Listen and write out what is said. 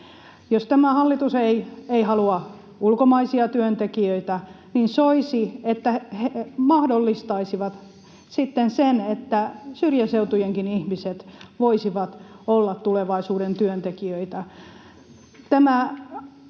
Jos tämä hallitus ei halua ulkomaisia työntekijöitä, niin soisi, että he mahdollistaisivat sitten sen, että syrjäseutujenkin ihmiset voisivat olla tulevaisuuden työntekijöitä. Tämä esitys